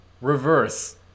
Reverse